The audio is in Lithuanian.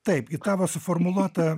taip į tavo suformuluotą